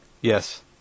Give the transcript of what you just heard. Yes